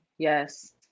Yes